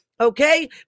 Okay